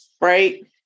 right